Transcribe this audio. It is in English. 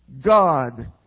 God